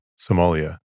Somalia